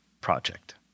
project